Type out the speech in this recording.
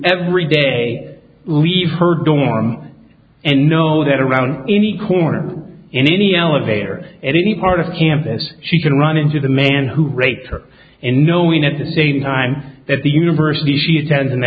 everyday leave her dorm and know that around any corner in any elevator any part of campus she can run into the man who raped her and knowing at the same time that the university she attend